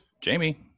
jamie